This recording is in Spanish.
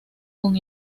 con